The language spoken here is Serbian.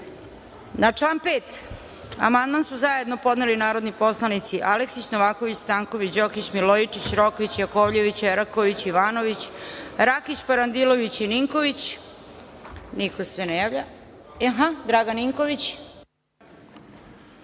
član 9. amandman su zajedno podneli narodni poslanici Aleksić, Novaković, Stanković, Đokić, Milojičić, Rokvić, Jakovljević, Eraković, Ivanović, Rakić, Parandilović i Ninković. Reč ima gospodin Ninković.